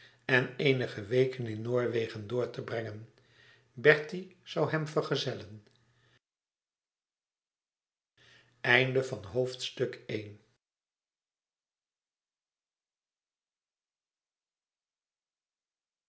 en eenige weken in noorwegen door te brengen bertie zoû hem vergezellen